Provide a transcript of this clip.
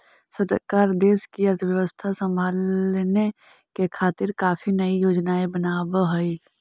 सरकार देश की अर्थव्यवस्था संभालने के खातिर काफी नयी योजनाएं बनाव हई